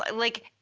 like,